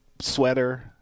sweater